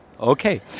Okay